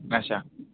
اچھا